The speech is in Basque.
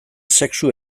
sexu